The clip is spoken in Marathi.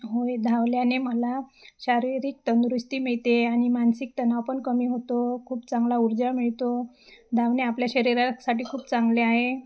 होय धावल्याने मला शारीरिक तंदुरुस्ती मिळते आणि मानसिक तणाव पण कमी होतो खूप चांगला ऊर्जा मिळतो धावणे आपल्या शरीरासाठी खूप चांगले आहे